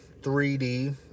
3D